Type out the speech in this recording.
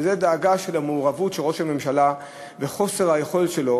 וזאת הדאגה בשל המעורבות של ראש הממשלה והאי-יכולת שלו